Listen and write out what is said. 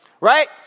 Right